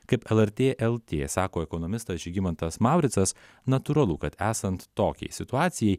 kaip lrt lt sako ekonomistas žygimantas mauricas natūralu kad esant tokiai situacijai